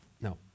no